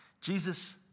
Jesus